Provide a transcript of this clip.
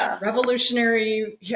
revolutionary